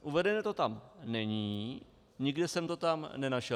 Uvedeno to tam není, nikde jsem to tam nenašel.